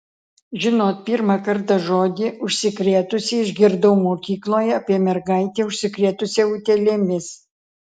žinot pirmą kartą žodį užsikrėtusi išgirdau mokykloje apie mergaitę užsikrėtusią utėlėmis